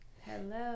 Hello